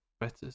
better